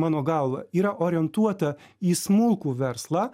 mano galva yra orientuota į smulkų verslą